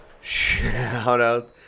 Shout-out